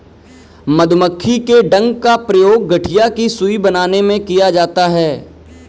मधुमक्खी के डंक का प्रयोग गठिया की सुई बनाने में किया जाता है